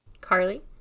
Carly